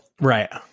right